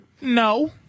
No